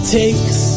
takes